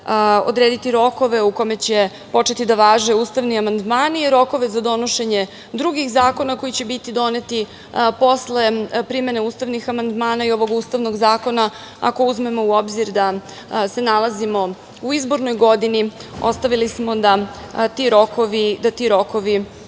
odrediti rokove u kome će početi da važe ustavni amandmani, rokove za donošenje drugih zakona koji će biti doneti posle primene ustavnih amandmana i ovog Ustavnog zakona. Ako uzmemo u obzir da se nalazimo u izbornoj godini ostavili smo da ti rokovi